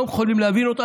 לא יכולים להבין אותו.